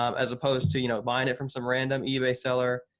um as opposed to you know buying it from some random ebay seller,